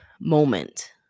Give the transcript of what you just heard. moment